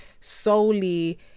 solely